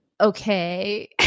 okay